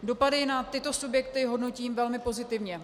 Dopady na tyto subjekty hodnotím velmi pozitivně.